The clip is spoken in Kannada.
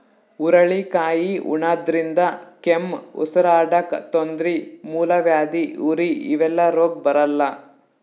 ಹುರಳಿಕಾಯಿ ಉಣಾದ್ರಿನ್ದ ಕೆಮ್ಮ್, ಉಸರಾಡಕ್ಕ್ ತೊಂದ್ರಿ, ಮೂಲವ್ಯಾಧಿ, ಉರಿ ಇವೆಲ್ಲ ರೋಗ್ ಬರಲ್ಲಾ